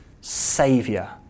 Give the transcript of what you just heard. saviour